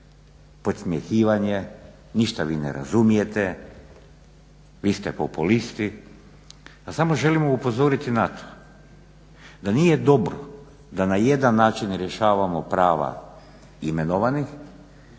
podsmjehivanje, ništa vi ne razumijete, vi ste populisti. A samo želimo upozoriti na to da nije dobro da na jedan način rješavamo prava imenovanih